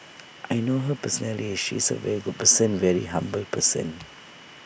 I know her personally she's A very good person very humble person